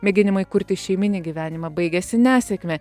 mėginimai kurti šeiminį gyvenimą baigėsi nesėkme